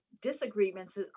disagreements